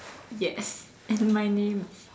yes and my name